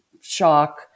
shock